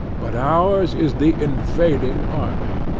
but ours is the invading army.